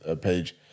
page